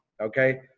Okay